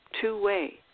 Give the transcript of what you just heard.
Two-way